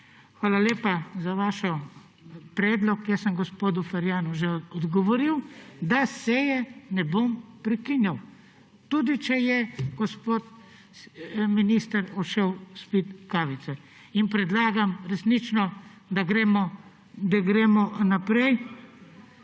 Hvala lepa za vaš predlog. Jaz sem gospodu Ferjanu že odgovoril, da seje ne bom prekinjal, tudi če je gospod minister odšel spit kavico. Resnično predlagam, da gremo naprej.